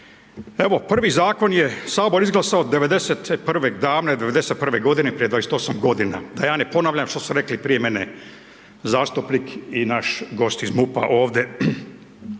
Evo, prvi zakon je sabor izglasao '91. davne '91. godine, prije 28 godina, da ja ne ponavljam što su rekli prije mene, zastupnik i naš gost iz MUP-a ovdje.